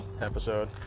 episode